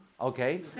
okay